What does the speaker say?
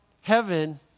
Heaven